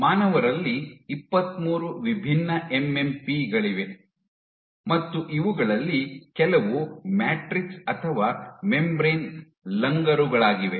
ಮಾನವರಲ್ಲಿ ಇಪ್ಪತ್ಮೂರು ವಿಭಿನ್ನ ಎಂಎಂಪಿ ಗಳಿವೆ ಮತ್ತು ಇವುಗಳಲ್ಲಿ ಕೆಲವು ಮ್ಯಾಟ್ರಿಕ್ಸ್ ಅಥವಾ ಮೆಂಬರೇನ್ ಲಂಗರುಗಳಾಗಿವೆ